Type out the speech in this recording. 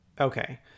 Okay